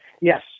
yes